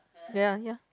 yeah yeah